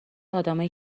آدمایی